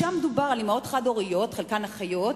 שם דובר על אמהות חד-הוריות, חלקן אחיות,